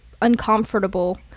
uncomfortable